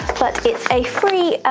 but it's a free